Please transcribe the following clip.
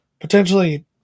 potentially